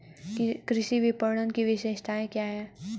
कृषि विपणन की विशेषताएं क्या हैं?